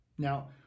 Now